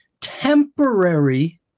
temporary